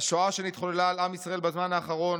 "השואה שנתחוללה על עם ישראל בזמן האחרון,